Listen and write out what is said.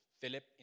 Philip